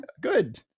Good